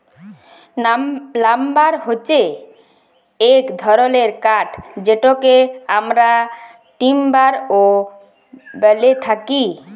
lumber হচ্যে এক ধরলের কাঠ যেটকে আমরা টিম্বার ও ব্যলে থাকি